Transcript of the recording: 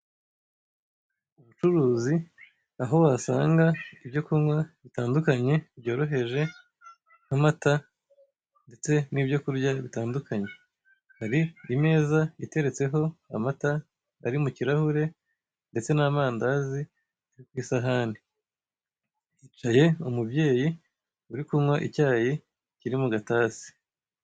Ubucuruzi aho wasanga ibyo kunywa bitandukanye byoroheje, nk'amata ndetse n'ibyo kurya bitandukanye. Hari imeza iteretseho amata ari mu kirahuri ndetse n'amandazi ari ku isahani. Hicaye umubyeyi uri kunywa icyayi kiri mu gatasi.